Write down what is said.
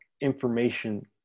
information